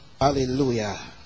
Hallelujah